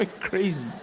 ah crazy.